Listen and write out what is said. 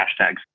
hashtags